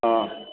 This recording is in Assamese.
অঁ